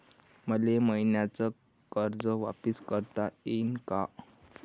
मले मईन्याचं कर्ज वापिस करता येईन का?